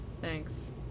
thanks